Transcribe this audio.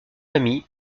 ami